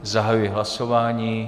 Zahajuji hlasování.